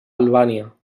albània